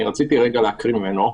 ורציתי להקריא ממנו.